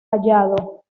hallado